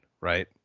right